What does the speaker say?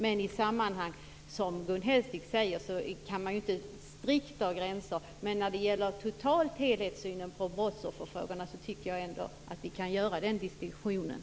Men man kan ju inte strikt dra gränser i alla sammanhang. Men när det gäller helhetssynen på brottsofferfrågorna tycker jag att vi kan göra den här distinktionen.